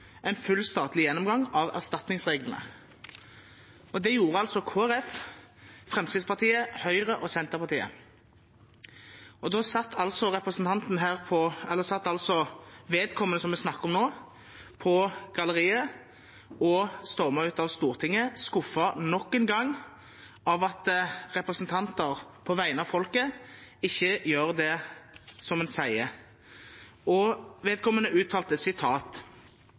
en full statlig gjennomgang av erstatningsreglene. Det gjorde Kristelig Folkeparti, Fremskrittspartiet, Høyre og Senterpartiet, og da satt vedkommende som vi snakker om nå, på galleriet. Hun stormet ut av Stortinget, nok en gang skuffet over at representanter for folket ikke gjør det en sier. Vedkommende, Mona Anita Espedal, uttalte